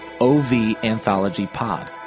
OVAnthologyPod